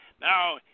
Now